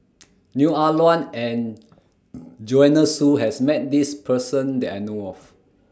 Neo Ah Luan and Joanne Soo has Met This Person that I know of